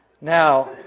Now